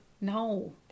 No